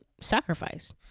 sacrifice